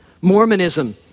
Mormonism